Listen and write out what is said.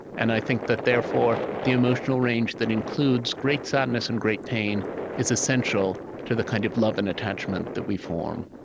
and i think that, therefore, the emotional range that includes great sadness and great pain is essential to the kind of love and attachment that we form.